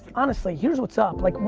honestly, here's what's up. like,